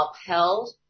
upheld